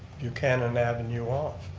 buchanan avenue off.